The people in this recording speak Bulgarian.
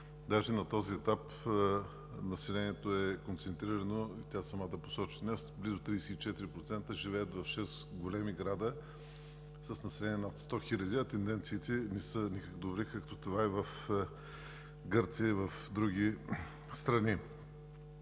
има. На този етап населението е концентрирано. Тя самата посочи днес: близо 34% живеят в шест големи града с население над 100 хиляди, а тенденциите не са никак добри, както това е в Гърция и други страни.